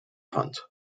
hunt